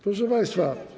Proszę państwa.